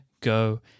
go